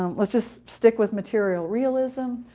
um let's just stick with material realism.